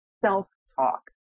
self-talk